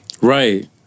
Right